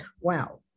Wow